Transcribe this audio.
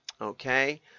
Okay